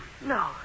No